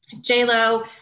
J-Lo